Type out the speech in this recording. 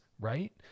right